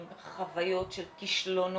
עם חוויות של כשלונות,